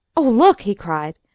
oh, look! he cried,